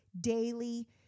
daily